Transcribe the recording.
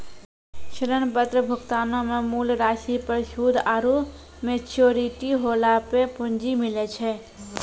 ऋण पत्र भुगतानो मे मूल राशि पर सूद आरु मेच्योरिटी होला पे पूंजी मिलै छै